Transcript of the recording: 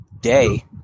day